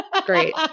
Great